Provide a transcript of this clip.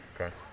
okay